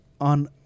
on